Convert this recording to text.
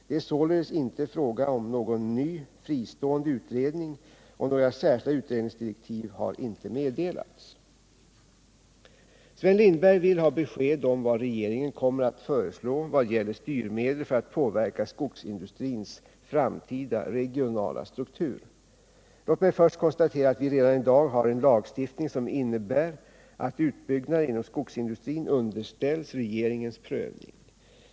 Det är således inte fråga om någon ny fristående utredning, och några särskilda utredningsdirektiv har inte meddelats. Sven Lindberg vill ha besked om vad regeringen kommer att föreslå vad gäller styrmedel för att påverka skogsindustrins framtida regionala struktur. Låt mig först konstatera att vi redan i dag har en lagstiftning som innebär att utbyggnader inom skogsindustrin underställs regeringens prövning.